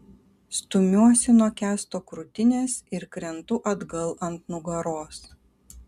stumiuosi nuo kęsto krūtinės ir krentu atgal ant nugaros